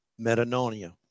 metanonia